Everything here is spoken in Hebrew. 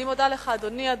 אני מודה לך, אדוני.